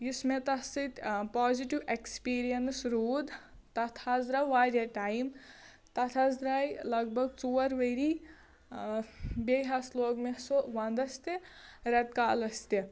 یُس مےٚ تَتھ سۭتۍ پازِٹیٛوٗ ایکٕسپیٖرنَس روٗد تَتھ حظ درٛاو واریاہ ٹایِم تَتھ حظ درٛایہِ لگ بگ ژور ؤری بیٚیہِ حظ لوگ مےٚ سُہ وَنٛدَس تہِ رٮ۪تہٕ کالَس تہِ